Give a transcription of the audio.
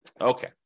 Okay